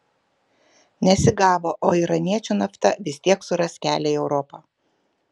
nesigavo o iraniečių nafta vis tiek suras kelią į europą